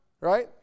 right